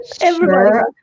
Sure